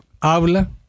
Habla